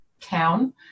town